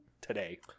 today